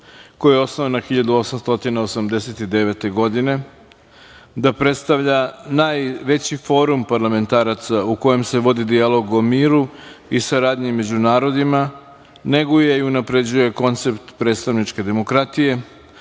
koja je osnovana 1889. godine, da predstavlja najveći forum parlamentaraca u kojem se vodi dijalog o miru i saradnji među narodima, neguje i unapređuje koncept predstavničke demokratije,